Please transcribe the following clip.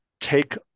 take